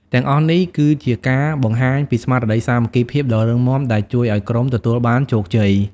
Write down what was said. ទាំងអស់នេះគឺជាការបង្ហាញពីស្មារតីសាមគ្គីភាពដ៏រឹងមាំ ដែលជួយឲ្យក្រុមទទួលបានជោគជ័យ។